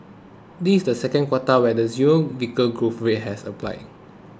this is the second quota where the zero vehicle growth rate has applied